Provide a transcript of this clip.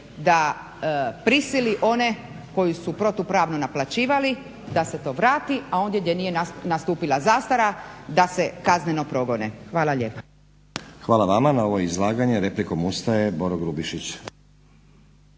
da prisili one koji su protupravno naplaćivali da se to vrati, a ondje gdje nije nastupila zastara da se kazneno progone. Hvala lijepa. **Stazić, Nenad (SDP)** Hvala vama. Na ovo izlaganje replikom ustaje Boro Grubišić.